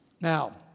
Now